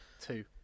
Two